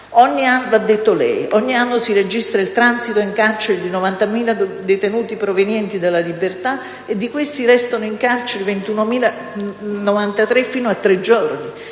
in custodia cautelare: ogni anno si registra il transito in carcere di 90.000 detenuti provenienti dalla libertà e di questi restano in carcere 21.093 fino a tre giorni,